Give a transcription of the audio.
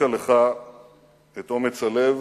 הורישה לך את אומץ הלב